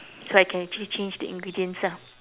so I can actually change the ingredients ah